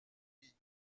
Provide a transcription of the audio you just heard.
vies